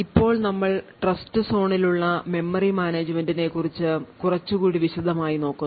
ഇപ്പോൾ നമ്മൾ ട്രസ്റ്റ്സോണിലുള്ള മെമ്മറി മാനേജുമെന്റിനെക്കുറിച്ച് കുറച്ചുകൂടി വിശദമായി നോക്കുന്നു